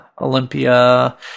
Olympia